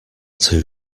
too